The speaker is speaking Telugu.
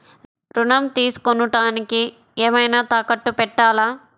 ఋణం తీసుకొనుటానికి ఏమైనా తాకట్టు పెట్టాలా?